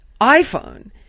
iPhone